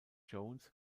jones